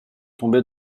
tombé